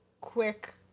quick